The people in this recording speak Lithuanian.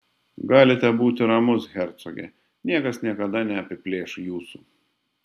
galite būti ramus hercoge niekas niekada neapiplėš jūsų